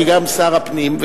כי גם שר הפנים,